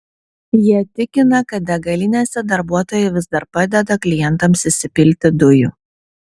jie tikina kad degalinėse darbuotojai vis dar padeda klientams įsipilti dujų